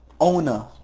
owner